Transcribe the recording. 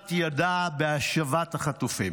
אוזלת ידה בהשבת החטופים.